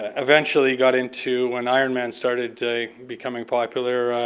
ah eventually got into, when ironman started becoming popular,